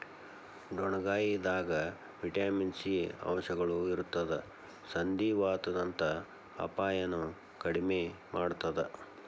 ಡೊಣ್ಣಗಾಯಿದಾಗ vitamin C ಅಂಶಗಳು ಇರತ್ತದ ಸಂಧಿವಾತದಂತ ಅಪಾಯನು ಕಡಿಮಿ ಮಾಡತ್ತದ